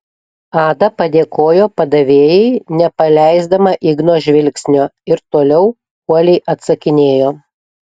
ada padėkojo padavėjai nepaleisdama igno žvilgsnio ir toliau uoliai atsakinėjo